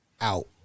out